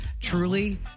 Truly